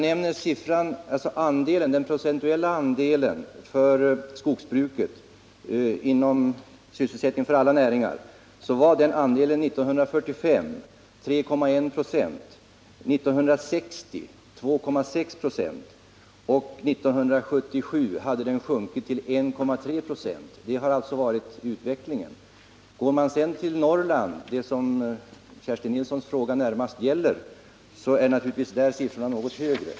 Skogsbrukets procentuella andel av sysselsättningen inom alla näringar var 1945 3,1 96, 1960 2,6 96 och 1977 1,3 96. Går man sedan till Norrland, som Kerstin Nilssons fråga närmast gäller, är siffrorna naturligtvis något högre.